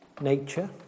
nature